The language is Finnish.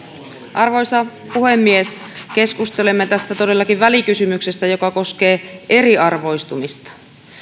arvoisa puhemies keskustelemme tässä todellakin välikysymyksestä joka koskee eriarvoistumista